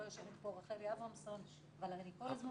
כל הזמן